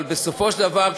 אבל בסופו של דבר,